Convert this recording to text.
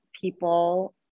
people